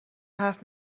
حرف